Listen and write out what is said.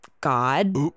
God